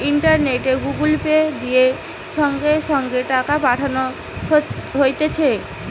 ইন্টারনেটে Google Pay, দিয়ে সঙ্গে সঙ্গে টাকা পাঠানো হতিছে